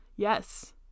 Yes